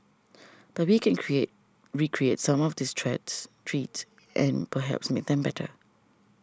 but we can create recreate some of these treats and perhaps make them better